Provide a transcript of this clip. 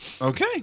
Okay